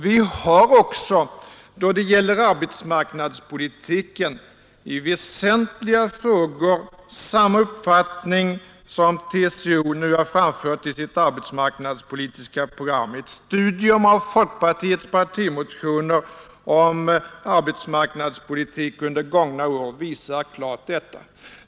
Vi har också då det gäller arbetsmarknadspolitiken i väsentliga frågor samma uppfattning som TCO nu har framfört i sitt arbetsmarknadspolitiska program. Ett studium av folkpartiets partimotioner om arbetsmarknadspolitik under gångna år visar klart detta.